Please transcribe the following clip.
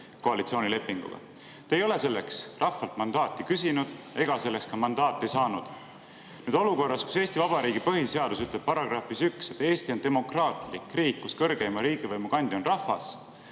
koalitsioonilepinguga. Te ei ole selleks rahvalt mandaati küsinud ega selleks ka mandaati saanud. Kas te ei leia, et olukorras, kus Eesti Vabariigi põhiseaduse § 1 ütleb, et Eesti on demokraatlik riik, kus kõrgeima riigivõimu kandja on rahvas,